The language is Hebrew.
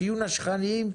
שיהיו נשכניים,